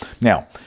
now